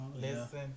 listen